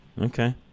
Okay